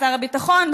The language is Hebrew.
שר הביטחון,